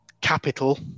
capital